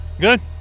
Good